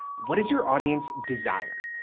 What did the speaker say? what does your audience desire?